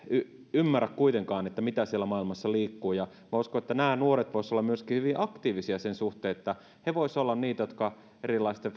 ymmärrä kuitenkaan että mitä siellä maailmassa liikkuu ja minä uskon että nämä nuoret voisivat olla myöskin hyvin aktiivisia sen suhteen että he voisivat olla niitä jotka erilaisten